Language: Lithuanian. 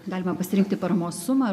galima pasirinkti paramos sumą